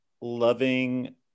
loving